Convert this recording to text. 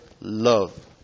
love